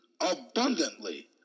abundantly